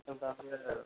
এত দাম দেওয়া যাবে না